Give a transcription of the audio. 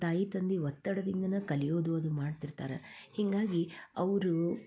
ತಾಯಿ ತಂದಿ ಒತ್ತಡದಿಂದನ ಕಲಿಯೋದು ಅದು ಮಾಡ್ತಿರ್ತಾರೆ ಹೀಗಾಗಿ ಅವರು